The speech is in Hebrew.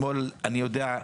אתמול אני יודע,